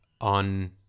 on